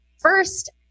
first